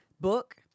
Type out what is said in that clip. Book